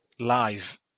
live